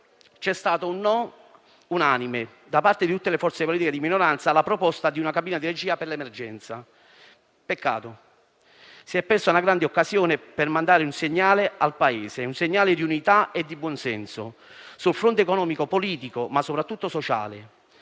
c'è stato un no unanime da parte di tutte le forze politiche di minoranza alla proposta di una cabina di regia per l'emergenza. Peccato: si è persa una grande occasione per mandare un segnale al Paese; un segnale di unità e di buonsenso, sul fronte economico-politico, ma soprattutto sociale,